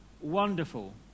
Wonderful